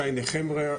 שי נחמיה,